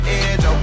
edge